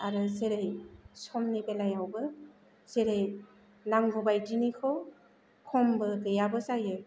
आरो जेरै समनि बेलायावबो जेरै नांगौ बायदिनिखौ खमबो गैयाबो जायो